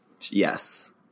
Yes